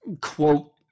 quote